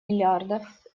миллиардов